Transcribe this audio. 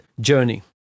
journey